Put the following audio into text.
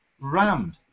rammed